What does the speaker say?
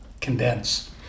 condense